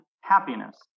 happiness